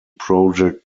project